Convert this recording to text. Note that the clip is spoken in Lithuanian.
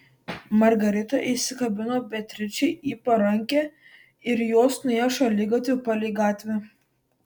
margarita įsikabino beatričei į parankę ir jos nuėjo šaligatviu palei gatvę